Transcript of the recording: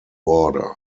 order